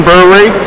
Brewery